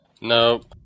Nope